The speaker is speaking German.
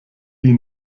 die